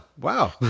wow